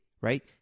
right